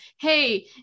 hey